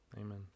Amen